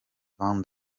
van